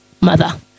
mother